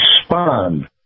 respond